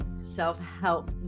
self-help